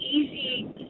easy